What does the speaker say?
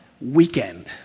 weekend